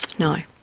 no.